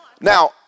Now